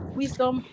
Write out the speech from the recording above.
wisdom